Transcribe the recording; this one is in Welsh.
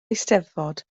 eisteddfod